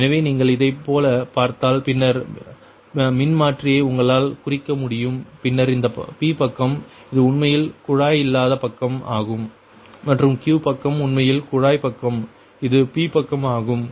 எனவே நீங்கள் இதைப்போல பார்த்தால் பின்னர் மின்மாற்றியை உங்களால் குறிக்க முடியும் பின்னர் இந்த P பக்கம் இது உண்மையில் குழாய் இல்லாத பக்கம் ஆகும் மற்றும் Q பக்கம் உண்மையில் குழாய் பக்கம் இது P பக்கம் ஆகும்